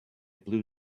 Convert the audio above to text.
blue